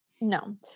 No